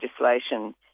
legislation